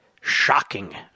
shocking